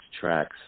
tracks